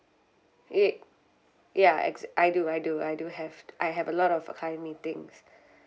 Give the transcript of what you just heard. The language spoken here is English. ye~ ya exac~ I do I do I do have I have a lot of uh client meetings